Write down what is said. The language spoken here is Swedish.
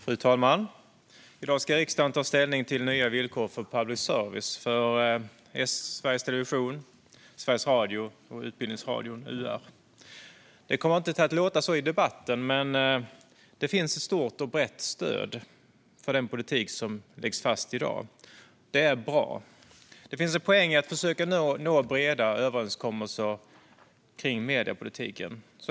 Fru talman! I dag ska riksdagen ta ställning till nya villkor för public service - för Sveriges Television, Sveriges Radio och Utbildningsradion, UR. Det kommer inte att låta så i debatten, men det finns ett stort och brett stöd för den politik som läggs fast i dag. Det är bra. Det finns en poäng i att försöka nå breda överenskommelser kring mediepolitiken.